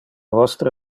vostre